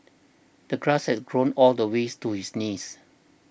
the grass had grown all the ways to his knees